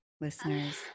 listeners